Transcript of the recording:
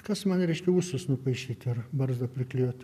kas man reiškia ūsus nupaišyt ar barzdą priklijuot